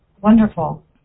Wonderful